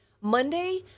monday